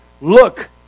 Look